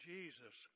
Jesus